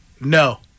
No